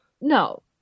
No